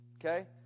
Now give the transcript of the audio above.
Okay